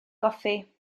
goffi